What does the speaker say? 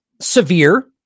severe